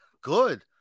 Good